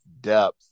depth